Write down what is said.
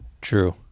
True